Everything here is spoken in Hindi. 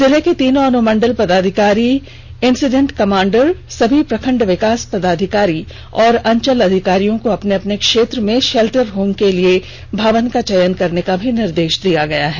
जिले के तीनों अनुमंडल पदाधिकारी इंसीडेंट कमांडर सभी प्रखंड विकास पदाधिकारी और अंचलाधिकारियों को अपने अपने क्षेत्र में शेल्टर होम के लिए भवन का चयन करने का निर्देश दिया गया है